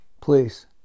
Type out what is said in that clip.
Please